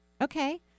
Okay